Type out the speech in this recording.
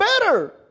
better